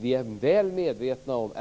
Vi är väl medvetna om